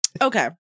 Okay